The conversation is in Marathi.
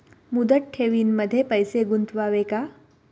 मुदत ठेवींमध्ये पैसे गुंतवावे का?